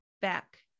back